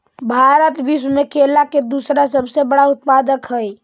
भारत विश्व में केला के दूसरा सबसे बड़ा उत्पादक हई